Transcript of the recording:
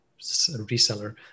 reseller